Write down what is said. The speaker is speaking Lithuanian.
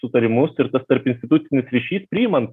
sutarimus ir tas tarpinstitucinis ryšys priimant